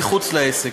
מחוץ לעסק.